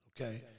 Okay